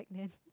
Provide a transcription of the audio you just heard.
back then